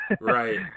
Right